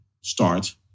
start